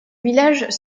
villages